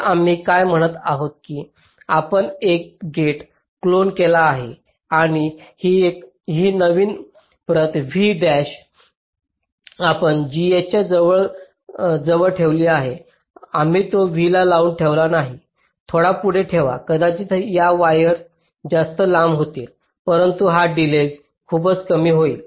तर आम्ही काय म्हणत आहोत की आपण एक गेट क्लोन केला आहे आणि ही नवीन प्रत v डॅश आपण g hच्या जवळ ठेवली आहे आम्ही तो v ला लागून ठेवत नाही थोडा पुढे ठेवा कदाचित या वायर्स जास्त लांब होतील परंतु हा डिलेज खूपच कमी होईल